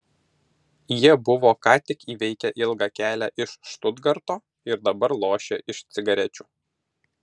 jie buvo ką tik įveikę ilgą kelią iš štutgarto ir dabar lošė iš cigarečių